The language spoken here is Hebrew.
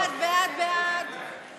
קבוצת סיעת מרצ וקבוצת סיעת